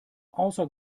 außer